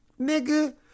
nigga